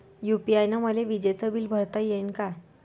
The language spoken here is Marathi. यू.पी.आय न मले विजेचं बिल भरता यीन का?